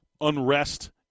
unrest